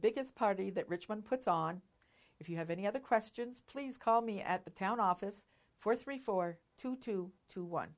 biggest party that richmond puts on if you have any other questions please call me at the town office for three four two two two one